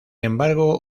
embargo